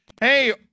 Hey